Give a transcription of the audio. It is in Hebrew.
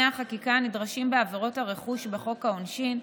החקיקה הנדרשים בעבירות הרכוש בחוק העונשין,